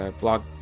blog